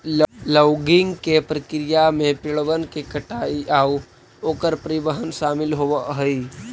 logging के प्रक्रिया में पेड़बन के कटाई आउ ओकर परिवहन शामिल होब हई